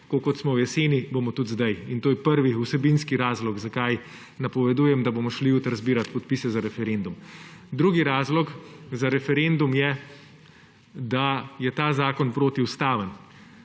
tako kot smo jeseni, bomo tudi zdaj. In to je prvi vsebinski razlog, zakaj napovedujem, da bomo šli jutri zbirat podpise za referendum. Drugi razlog za referendum je, da je ta zakon protiustaven.